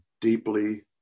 deeply